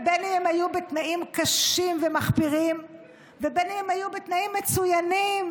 בין שהם היו בתנאים קשים ומחפירים ובין שהם היו בתנאים מצוינים